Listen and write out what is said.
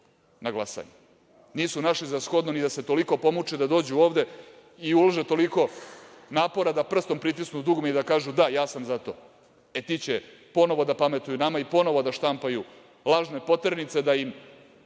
Nisu našli za shodno ni da se toliko pomuče da dođu ovde i ulože toliko napora da prstom pritisnu dugme i da kažu – da, ja sam za to. Ti će ponovo da pametuju nama i ponovo da štampaju lažne poternice da ovim